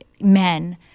men